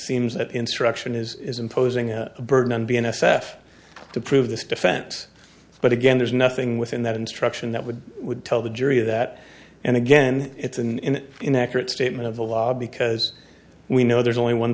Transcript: seems that instruction is imposing a burden on being s f to prove this defense but again there's nothing within that instruction that would would tell the jury that and again it's in inaccurate statement of the law because we know there's only one